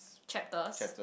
chapters